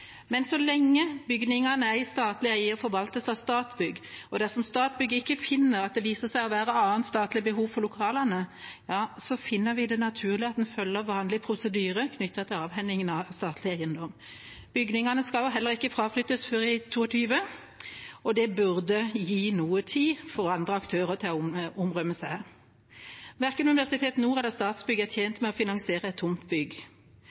Men så lenge bygningene er i statlig eie og forvaltes av Statsbygg, og de ikke finner at det er annet statlig behov for lokalene, finner vi det naturlig at en følger vanlig prosedyre knyttet til avhending av statlig eiendom. Bygningene skal heller ikke fraflyttes før i 2022. Det burde gi noe tid for andre aktører til å områ seg. Verken Nord universitet eller Statsbygg er tjent med å finansiere et tomt bygg.